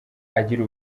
agira